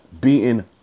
beating